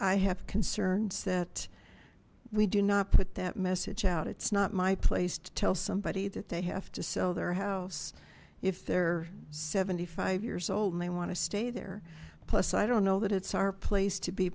i have concerns that we do not put that message out it's not my place to tell somebody that they have to sell their house if they're seventy five years old may want to stay there plus i don't know that it's our place to be